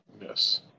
Yes